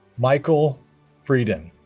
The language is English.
michael frieden